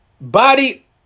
Body